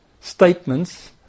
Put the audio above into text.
statements